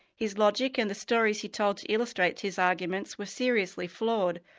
his logic and the stories he told to illustrate his arguments were seriously flawed.